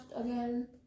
again